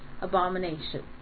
abomination